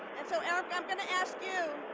and so, eric, i'm going to ask you.